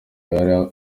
yari